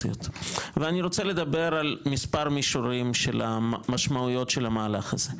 אני רוצה לדבר על מספר מישורים של המשמעויות של המהלך הזה.